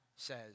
says